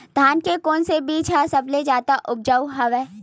धान के कोन से बीज ह सबले जादा ऊपजाऊ हवय?